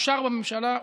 אושר בממשלה,